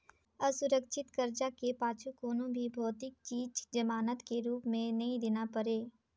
असुरक्छित करजा के पाछू कोनो भी भौतिक चीच जमानत के रूप मे नई देना परे